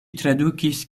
tradukis